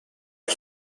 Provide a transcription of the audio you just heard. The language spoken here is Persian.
مال